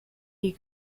die